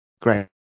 Great